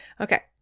Okay